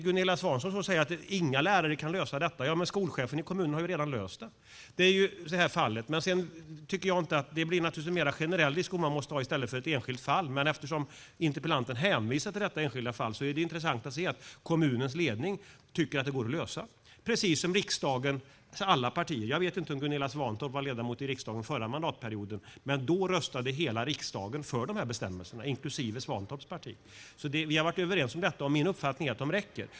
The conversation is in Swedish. Gunilla Svantorp säger att inga lärare kan lösa detta, men skolchefen i kommunen har ju redan löst det här fallet. Man måste naturligtvis föra en mer generell diskussion i stället för att diskutera ett enskilt fall, men eftersom interpellanten hänvisar till detta enskilda fall är det intressant att se att kommunens ledning tycker att det går att lösa, precis som riksdagens alla partier. Jag vet inte om Gunilla Svantorp var ledamot av riksdagen förra mandatperioden, men då röstade hela riksdagen för de här bestämmelserna, inklusive Svantorps parti. Vi har varit överens om detta, och det är min uppfattning att det räcker.